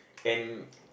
and